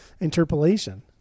interpolation